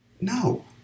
No